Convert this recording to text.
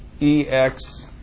EX